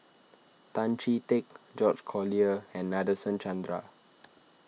Tan Chee Teck George Collyer and Nadasen Chandra